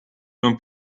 non